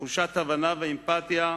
תחושת הבנה ואמפתיה,